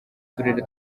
turere